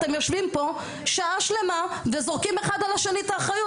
אתם יושבים שעה שלמה וזורקים אחד על השני את האחריות,